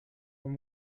een